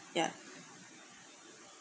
ya